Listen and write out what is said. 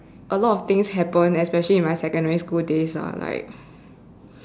a lot of things happen especially in my secondary school days lah like